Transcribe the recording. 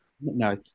No